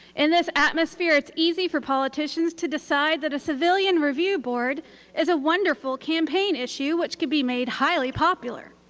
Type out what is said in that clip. in this atmosphere, it's easy for politicians to decide that a civilian review board is a wonderful campaign issue which could be made highly popular.